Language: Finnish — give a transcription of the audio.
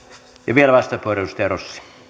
arvoisa herra